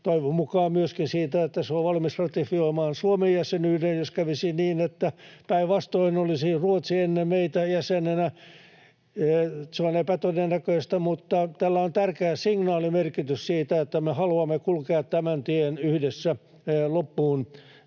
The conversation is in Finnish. toivon mukaan myöskin siitä, että se on valmis ratifioimaan Suomen jäsenyyden, jos kävisi niin, että päinvastoin olisi Ruotsi ennen meitä jäsenenä. Se on epätodennäköistä, mutta tällä on tärkeä signaalimerkitys siitä, että me haluamme kulkea tämän tien yhdessä loppuun